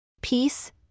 Peace